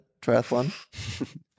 triathlon